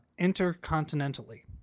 intercontinentally